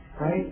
right